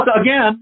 again